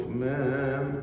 man